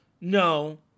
no